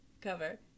cover